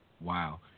Wow